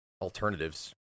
alternatives